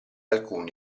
alcuni